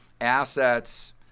assets